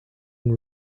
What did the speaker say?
and